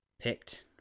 picked